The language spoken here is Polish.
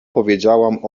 powiedziałam